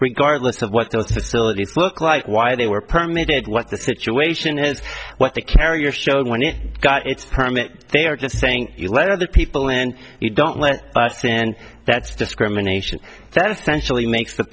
regardless of what those facilities look like why they were permitted what the situation is what the carrier showed when it got its permit they are just saying you let other people in you don't let us in that's discrimination that essentially makes the